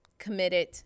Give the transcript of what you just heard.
Committed